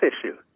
issue